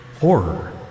horror